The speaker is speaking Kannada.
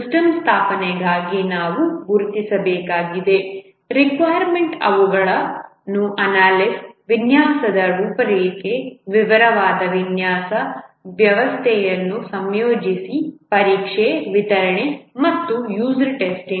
ಸಿಸ್ಟಮ್ ಸ್ಥಾಪನೆಗಾಗಿ ನಾವು ಗುರುತಿಸಬೇಕಾಗಿದೆ ರಿಕ್ವಾಯರ್ಮೆಂಟ್ ಅವುಗಳನ್ನು ಅನಲೈಸ್ ವಿನ್ಯಾಸದ ರೂಪರೇಖೆ ವಿವರವಾದ ವಿನ್ಯಾಸ ವ್ಯವಸ್ಥೆಯನ್ನು ಸಂಯೋಜಿಸಿ ಪರೀಕ್ಷೆ ವಿತರಣೆ ಮತ್ತು ಯೂಸರ್ ಟೆಸ್ಟಿಂಗ್